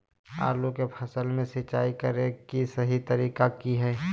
आलू की फसल में सिंचाई करें कि सही तरीका की हय?